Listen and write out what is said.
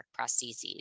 prostheses